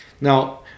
Now